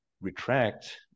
retract